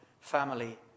family